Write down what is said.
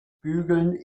bügeln